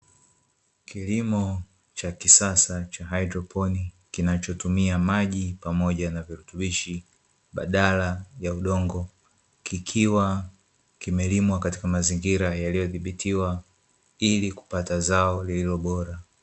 Kilimo cha kisasa cha haidroponi kinachotumia maji pamoja na virutubishi badala ya udongo, kikiwa kimelimwa katika mazingira yaliyodhibitiwa ili kupata zao lililobora.